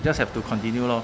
just have to continue lor